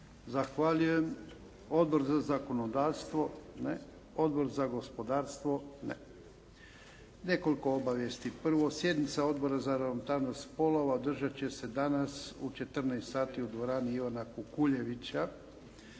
Zahvaljujem. Odbor za zakonodavstvo? Ne. Odbor za gospodarstvo? Ne. Nekoliko obavijesti. Prvo, sjednica Odbora za ravnopravnost spolova održat će se dana u 14,00 sati u dvorani "Ivana Kukuljevića".